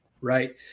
right